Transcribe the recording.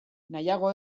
nahiago